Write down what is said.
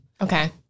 Okay